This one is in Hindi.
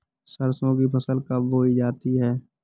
सरसों की फसल कब बोई जाती है?